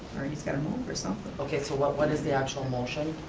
or he's gotta move or something. okay, so what what is the actual motion?